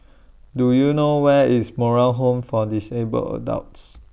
Do YOU know Where IS Moral Home For Disabled Adults